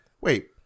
wait